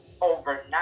overnight